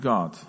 God